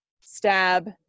stab